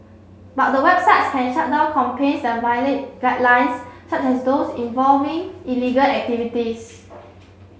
but the websites can shut down campaigns that violate guidelines such as those involving illegal activities